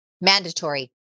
Mandatory